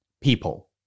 people